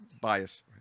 bias